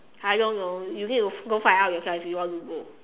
I don't know you need to go find out yourself if you want to go